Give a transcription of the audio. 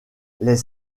les